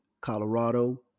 Colorado